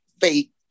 fake